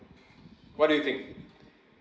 what do you think